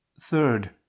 Third